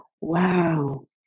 Wow